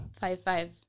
Five-five